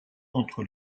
entre